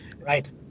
Right